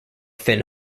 finn